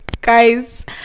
Guys